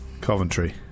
Coventry